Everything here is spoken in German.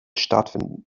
stattfinden